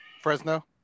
Fresno